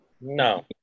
No